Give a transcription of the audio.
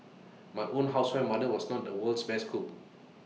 my own housewife mother was not the world's best cook